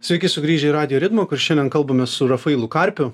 sveiki sugrįžę į radijo ritmą kur šiandien kalbamės su rafailu karpiu